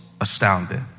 astounded